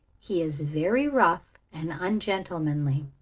he is very rough and ungentlemanly.